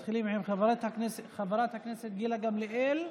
מתחילים עם חברת הכנסת גילה גמליאל,